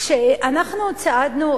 כשאנחנו צעדנו,